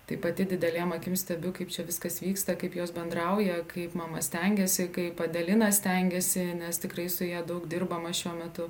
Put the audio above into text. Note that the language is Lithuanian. tai pati didelėm akim stebiu kaip čia viskas vyksta kaip jos bendrauja kaip mama stengiasi kaip adelina stengiasi nes tikrai su ja daug dirbama šiuo metu